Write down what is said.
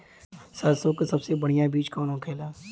सरसों का सबसे बढ़ियां बीज कवन होखेला?